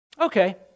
Okay